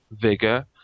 vigor